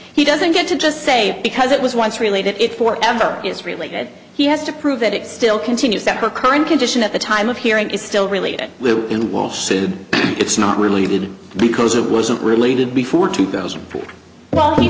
he doesn't get to just say because it was once related it for ever is related he has to prove that it still continues that her current condition at the time of hearing is still related in the world it's not really because it wasn't related before two thousand well he